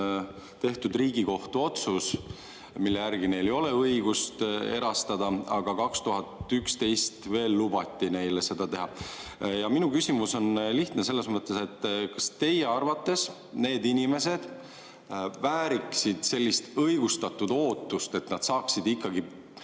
tehtud Riigikohtu otsus, mille järgi neil ei ole õigust erastada, aga 2011 veel lubati neil seda teha. Ja minu küsimus on lihtne selles mõttes: kas teie arvates need inimesed vääriksid õigustatud ootust, et nad saaksid pinna